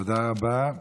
תודה רבה.